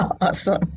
Awesome